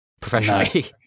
professionally